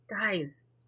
Guys